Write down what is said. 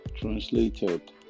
translated